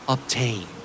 Obtain